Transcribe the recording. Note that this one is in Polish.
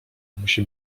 musi